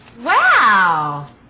Wow